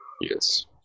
Yes